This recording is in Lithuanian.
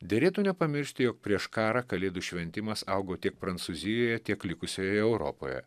derėtų nepamiršti jog prieš karą kalėdų šventimas augo tiek prancūzijoje tiek likusioje europoje